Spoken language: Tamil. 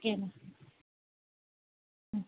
ஓகே மேம் ம்